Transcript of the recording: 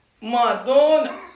Madonna